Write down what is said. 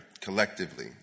collectively